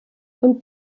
und